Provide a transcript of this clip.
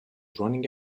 running